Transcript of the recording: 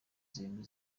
zirindwi